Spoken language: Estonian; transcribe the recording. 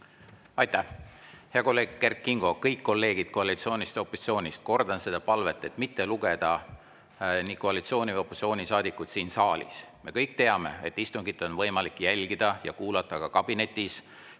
Aitäh! Hea kolleeg Kert Kingo! Kõik kolleegid koalitsioonist ja opositsioonist, kordan palvet mitte lugeda [üles] koalitsiooni- või opositsioonisaadikud siin saalis. Me kõik teame, et istungit on võimalik jälgida ja kuulata ka kabinetis.